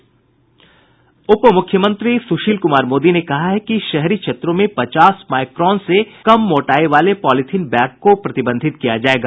उप मुख्यमंत्री सुशील कुमार मोदी ने कहा है कि शहरी क्षेत्रों में पचास माईक्रॉन से कम मोटाई वाले पॉलीथिन बैग को प्रतिबंधित किया जायेगा